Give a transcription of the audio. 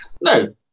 No